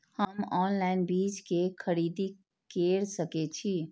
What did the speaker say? हम ऑनलाइन बीज के खरीदी केर सके छी?